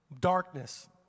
darkness